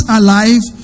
alive